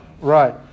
Right